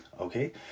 okay